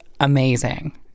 amazing